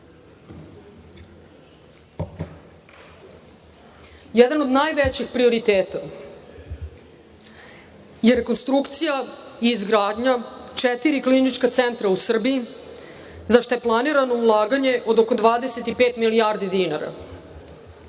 od najvećih prioriteta je rekonstrukcija i izgradnja četiri klinička centra u Srbiji, za šta je planirano ulaganje od oko 25 milijardi dinara.